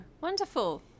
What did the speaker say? Wonderful